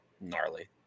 gnarly